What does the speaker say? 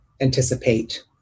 anticipate